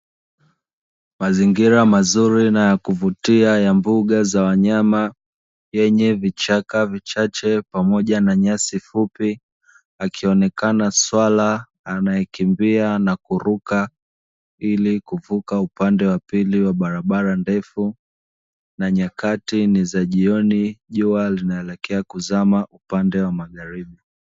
Mazingira na ya kuvutia za mbuga za wanyama yenye vichaka vichache na nyasi fupi, akionekana swala anaekimbia na kuruka ili kuvuka upande wa pili wa barabara ndefu na nyakati ni za jioni jua linaekea kuzama upande wa magharibi.